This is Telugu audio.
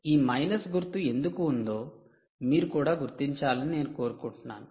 ఈ మైనస్ గుర్తు ఎందుకు ఉందో మీరు కూడా గుర్తించాలని నేను కోరుకుంటున్నాను